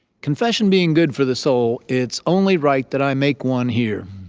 confession being good for the soul, it's only right that i make one here.